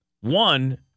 One